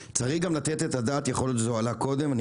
צריך גם לתת את הדעת יכול להיות שזה עלה קודם ואני